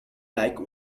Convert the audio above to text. like